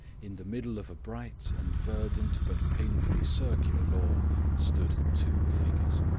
in the middle of a bright and verdant but painfully circular lawn stood two figures.